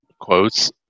quotes